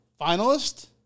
finalist